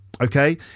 Okay